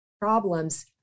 problems